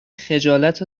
خجالت